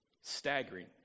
Staggering